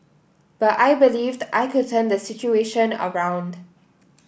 but I believed I could turn the situation around